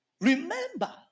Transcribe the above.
remember